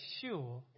sure